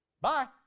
Bye